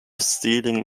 stealing